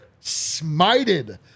Smited